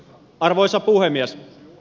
arvoisa puhemies